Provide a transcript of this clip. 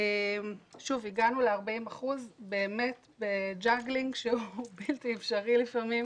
הגענו ל-40% בג'אגלינג שהוא בלתי אפשרי לפעמים,